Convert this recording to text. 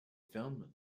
film